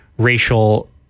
racial